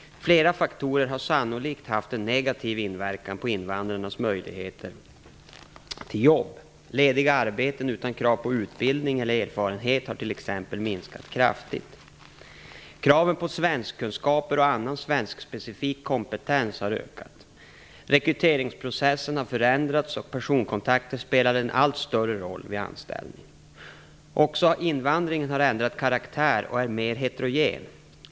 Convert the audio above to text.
Flera faktorer har sannolikt haft en negativ inverkan på invandrarnas möjligheter till jobb. Lediga arbeten utan krav på utbildning eller erfarenhet har till exempel minskat kraftigt. Kraven på svenskkunskaper och annan svenskspecifik kompetens har ökat. Rekryteringsprocessen har förändrats och personkontakter spelar en allt större roll vid anställning. Också invandringen har ändrat karaktär och är mer heterogen.